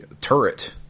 turret